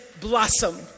blossom